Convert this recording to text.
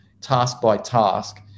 task-by-task